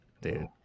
Dude